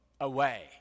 away